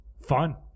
fun